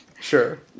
sure